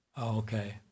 okay